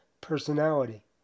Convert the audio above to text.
personality